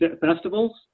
festivals